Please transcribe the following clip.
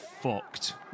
fucked